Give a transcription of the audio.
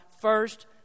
first